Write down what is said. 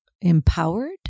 empowered